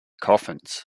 coffins